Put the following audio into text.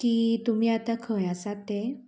की तुमी आतां खंय आसात ते